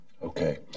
Okay